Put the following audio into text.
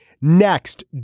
Next